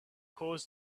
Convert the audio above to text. course